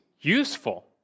useful